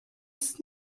ist